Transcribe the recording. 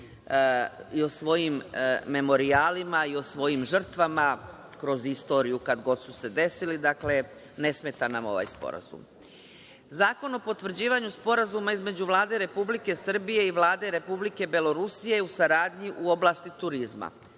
i o svojim memorijalima i o svojim žrtvama kroz istoriju kad god su se desili. Dakle, ne smeta nam ovaj sporazum. Zakon o potvrđivanju Sporazuma između Vlade Republike Srbije i Vlade Republike Belorusije u saradnji u oblasti turizma.